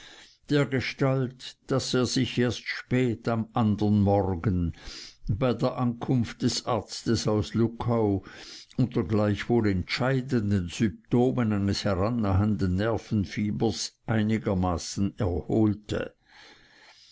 dergestalt daß er sich erst spät am andern morgen bei der ankunft des arztes aus luckau unter gleichwohl entscheidenden symptomen eines herannahenden nervenfiebers einigermaßen erholte